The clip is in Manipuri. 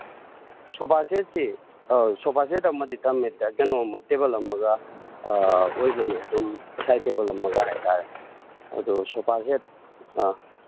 ꯁꯣꯐꯥ ꯁꯦꯠꯁꯤ ꯑꯃꯗ ꯀꯩꯅꯣ ꯑꯃꯒ ꯇꯦꯕꯜ ꯑꯃꯒ ꯑꯣꯏꯕꯅꯤ ꯑꯗꯨꯝ ꯁꯥꯏꯠ ꯇꯦꯕꯜ ꯍꯥꯏ ꯇꯥꯔꯦ ꯑꯗꯨ ꯁꯣꯐꯥ ꯁꯦꯠ ꯑꯥ